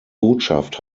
botschaft